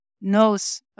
knows